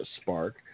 spark